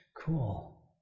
Cool